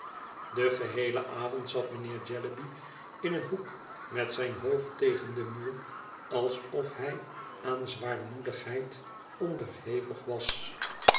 den geheelen avond zat mijnheer jellyby in een hoek met zijn hoofd tegen den muur alsof hij aan zwaarmoedigheid onderhevig was